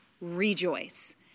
rejoice